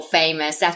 famous